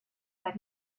that